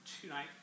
tonight